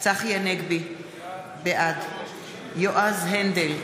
צחי הנגבי, בעד יועז הנדל,